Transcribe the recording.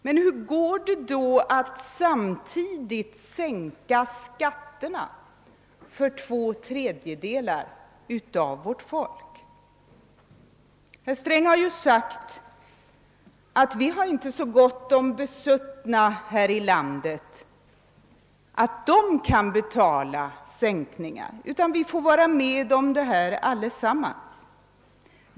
Men hur går det då att sänka skatterna för två tredjedelar av vårt folk? Herr Sträng har ju sagt att vi inte har så gott om besuttna i detta land att denna kategori kan betala skattesänkningar. Vi får i stället allesammans vara med om detta.